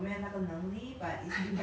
was that like the